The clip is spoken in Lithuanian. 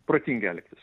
protingai elgtis